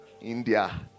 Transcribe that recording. India